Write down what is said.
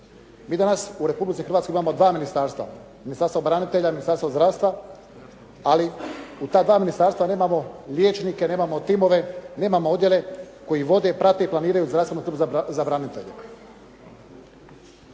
Mi danas u Republici Hrvatskoj imamo dva ministarstva, Ministarstvo branitelja, Ministarstvo zdravstva, ali u ta dva ministarstva nemamo liječnike, nemamo timove, nemamo odjele koji vode i prate i planiraju zdravstvenu skrb za branitelje.